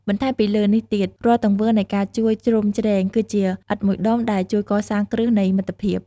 បន្ថែមពីលើនេះទៀត រាល់ទង្វើនៃការជួយជ្រោមជ្រែង គឺជាឥដ្ឋមួយដុំដែលជួយកសាងគ្រឹះនៃមិត្តភាព។